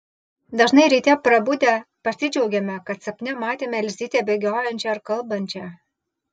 dažnai ryte prabudę pasidžiaugiame kad sapne matėme elzytę bėgiojančią ar kalbančią